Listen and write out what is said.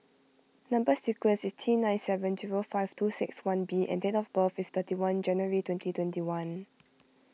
Number Sequence is T nine seven zero five two six one B and date of birth is thirty one January twenty twenty one